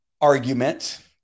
argument